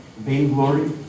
vainglory